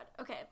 Okay